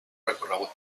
recorregut